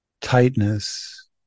tightness